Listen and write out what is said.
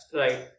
right